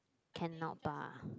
cannot bah